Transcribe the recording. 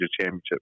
championship